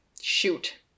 Shoot